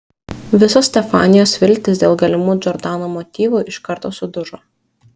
visos stefanijos viltys dėl galimų džordano motyvų iš karto sudužo